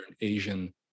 Asian